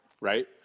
right